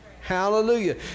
hallelujah